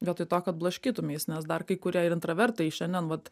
vietoj to kad blaškytumeis nes dar kai kurie ir intravertai šiandien vat